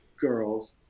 girls